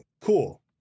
Cool